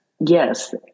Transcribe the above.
yes